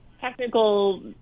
technical